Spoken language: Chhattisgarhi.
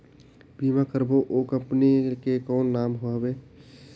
बीमा करबो ओ कंपनी के कौन नाम हवे?